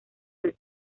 del